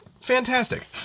Fantastic